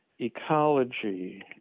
ecology